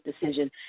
decision